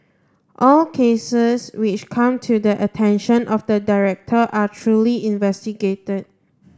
all cases which come to the attention of the director are truly investigated